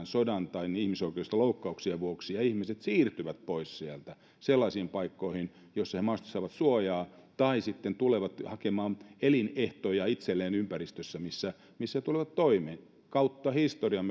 sodan tai ihmisoikeusloukkauksien vuoksi ihmiset siirtyvät pois sieltä sellaisiin paikkoihin joissa he mahdollisesti saavat suojaa tai sitten he tulevat hakemaan elinehtoja itselleen ympäristössä missä missä tulevat toimeen kautta historian